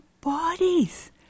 bodies